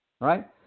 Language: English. right